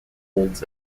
holds